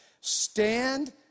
Stand